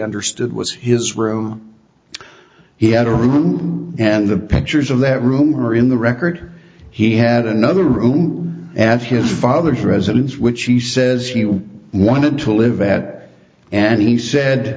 understood was his room he had a room and the pictures of that room are in the record he had another room at his father's residence which he says he wanted to live at and he said